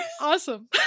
Awesome